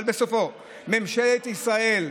אבל בסוף: ממשלת ישראל,